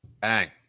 Bang